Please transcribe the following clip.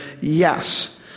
yes